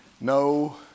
no